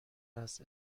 است